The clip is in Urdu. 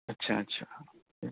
اچھا اچھا